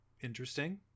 interesting